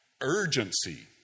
urgency